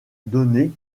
donné